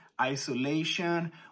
isolation